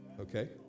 Okay